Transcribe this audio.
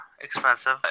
expensive